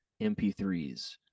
mp3s